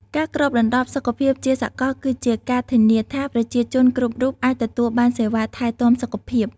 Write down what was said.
ការគ្របដណ្ដប់សុខភាពជាសកលគឺជាការធានាថាប្រជាជនគ្រប់រូបអាចទទួលបានសេវាថែទាំសុខភាព។